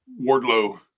Wardlow